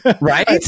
right